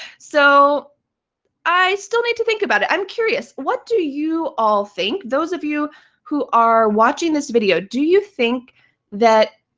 so i still need to think about it. i'm curious, what do you all think? those of you who are watching this video, do you think that